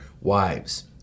wives